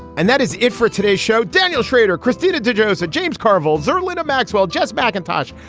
and that is it for today's show. daniel schrader christina derosa james carville's or linda maxwell just back in touch.